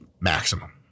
maximum